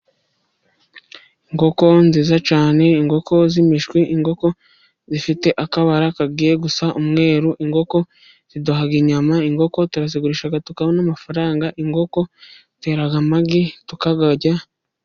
Inkoko nziza cyane, inkoko z'imishwi, inkoko zifite akabara kagiye gusa umweru, inkoko ziduha inyama, inkoko turazigurisha tukabona amafaranga, inkoko zitera amagi tukayarya.